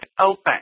open